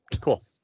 cool